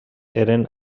eren